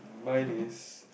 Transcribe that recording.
mine is